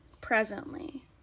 presently